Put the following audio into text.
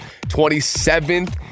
27th